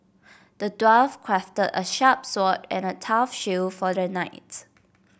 the dwarf crafted a sharp sword and a tough shield for the knight